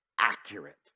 accurate